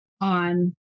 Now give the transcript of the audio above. on